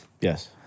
Yes